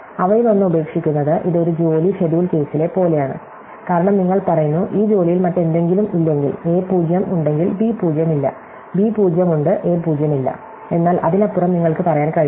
അവയിലൊന്ന് ഉപേക്ഷിക്കുന്നത് ഇത് ഒരു ജോലി ഷെഡ്യൂൾ കേസിലെ പോലെയാണ് കാരണം നിങ്ങൾ പറയുന്നു ഈ ജോലിയിൽ മറ്റെന്തെങ്കിലും ഇല്ലെങ്കിൽ a 0 ഉണ്ടെങ്കിൽ ബി 0 ഇല്ല ബി 0 ഉണ്ട് എ 0 ഇല്ല എന്നാൽ അതിനപ്പുറം നിങ്ങൾക്ക് പറയാൻ കഴിയില്ല